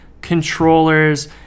controllers